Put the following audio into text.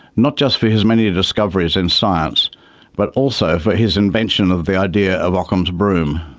not just for his many discoveries in science but also for his invention of the idea of ockham's broom.